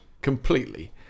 completely